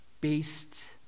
based